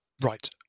Right